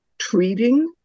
Treating